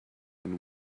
and